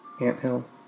anthill